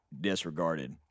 disregarded